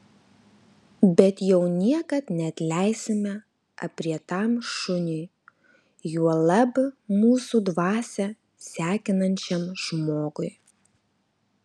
bet jau niekad neatleisime aprietam šuniui juolab mūsų dvasią sekinančiam žmogui